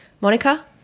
Monica